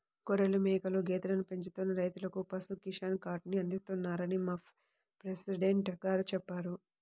గొర్రెలు, మేకలు, గేదెలను పెంచుతున్న రైతులకు పశు కిసాన్ కార్డుని అందిస్తున్నారని మా ప్రెసిడెంట్ గారు చెప్పారు